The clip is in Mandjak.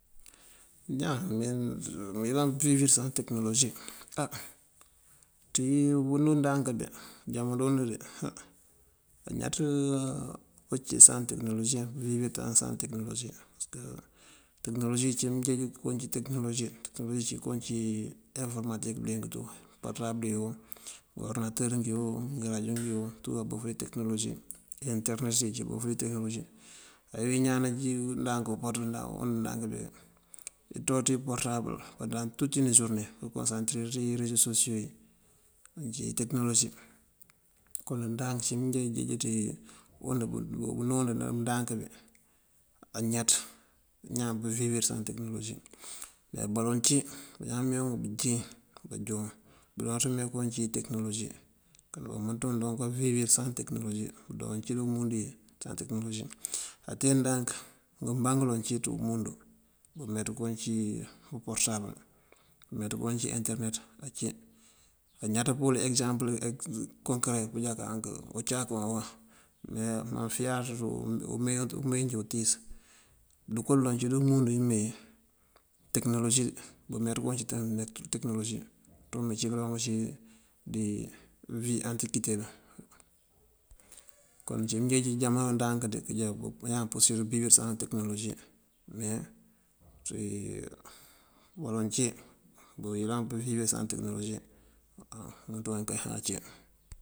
Ñaan mëyëlan pëvibëriraŋ tekënologi. Á ţí unú ndank wí jamanond dí hàa añaţ pëncí saŋ tekënologi pëwibër saŋ tekënologi. Pasëk tekënologi cíwun mënjeej koowí uncí tekënologi tekënologi cíwun kooncí enforëmatik bëliyëng tú porëtabël uwun, ngëworëdinatër ngí wun ngërajoo ngí wun tú abof dí tekënologi dí enterënet yi abof dí tekënologi. Ewín ñaan nancí ndank umpaţ ndank und ndank bíki ngëtuwa aţíj porëtabël pandaŋ túut unë júurëne kënkoŋ satir ţí iresosioyi. Uncí tekënologi koŋ ndank uncí mënjeej ti und bënu wund bí ndank bí añaţ pëwibërir saŋ tekënologi. Me baloŋ cí bañaan meenk bëncí banjon bënjooţ mee ko uciwi tekënologi bá mënţoo joo kawibërir saŋ tekënologi. Bunjooncí dí umundu wí saŋ tekënologi. Á tee ndank ibaŋ iloŋ ací ţí umundu bëmeeţ koowí uncí uporëtabël bëmeeţ koowun cí enterënet aci. Añaţ pëwël ekëzampël koŋkëre pënjáka uncáak uwan uwan me mafiyar umee njí utíis dëkodooloŋ cí dí umundu wí mee tekënologi bëmeeţ koowí uncí tekënologi dëmënţërun awuma cí kaloŋ këcí de wi antikitee dun. Koŋ uncí mënjeej jamano ndank dí kënjá bañaan pursirët pëwibërir saŋ tekënologi me baloŋ cí bëyëlan pëwibërir saŋ tekënologi waw umëntwan kay aci.